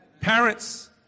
Parents